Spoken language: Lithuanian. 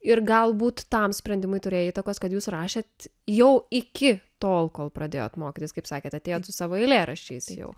ir galbūt tam sprendimui turėjo įtakos kad jūs rašėt jau iki tol kol pradėjot mokytis kaip sakėt atėjot su savo eilėraščiais jau